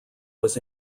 was